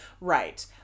right